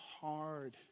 hard